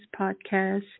podcast